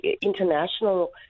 international